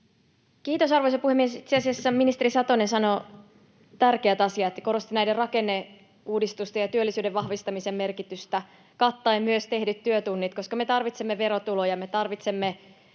Kiitos arvoisa puhemies! Itse asiassa ministeri Satonen sanoi tärkeät asiat ja korosti rakenneuudistusten ja työllisyyden vahvistamisen merkitystä kattaen myös tehdyt työtunnit, koska me tarvitsemme verotuloja, me tarvitsemme